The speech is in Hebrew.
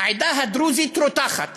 העדה הדרוזית רותחת.